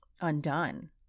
undone